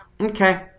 okay